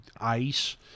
ICE